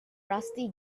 rusty